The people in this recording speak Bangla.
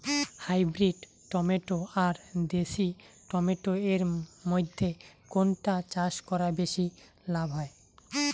হাইব্রিড টমেটো আর দেশি টমেটো এর মইধ্যে কোনটা চাষ করা বেশি লাভ হয়?